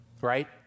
right